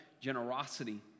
generosity